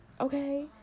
okay